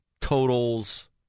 totals